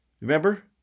Remember